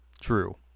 True